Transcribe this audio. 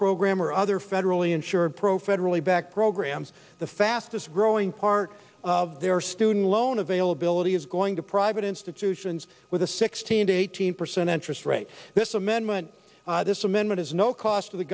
program or other federally insured pro federally backed programs the fastest growing part of their student loan availability is going to private institutions with a sixteen to eighteen percent interest rate this is a man this amendment is no cost to the